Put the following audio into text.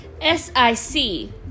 S-I-C